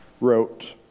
wrote